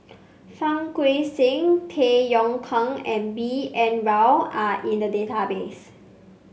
Fang Guixiang Tay Yong Kwang and B N Rao are in the database